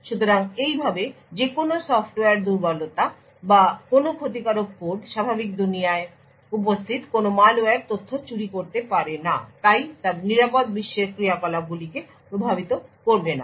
সুতরাং এইভাবে যে কোনও সফ্টওয়্যার দুর্বলতা বা কোনও ক্ষতিকারক কোড স্বাভাবিক দুনিয়ায় উপস্থিত কোনও ম্যালওয়্যার তথ্য চুরি করতে পারে না তাই তা নিরাপদ বিশ্বের ক্রিয়াকলাপগুলিকে প্রভাবিত করবে না